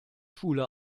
schule